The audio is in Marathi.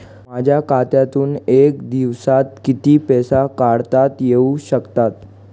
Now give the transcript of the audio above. माझ्या खात्यातून एका दिवसात किती पैसे काढता येऊ शकतात?